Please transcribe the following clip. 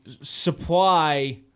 supply